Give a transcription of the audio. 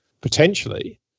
Potentially